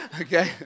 okay